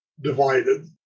divided